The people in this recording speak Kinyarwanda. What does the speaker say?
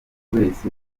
wese